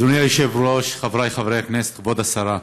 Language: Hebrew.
אדוני היושב-ראש, חבריי חברי הכנסת, כבוד השרה,